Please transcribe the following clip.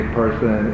person